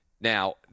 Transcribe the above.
Now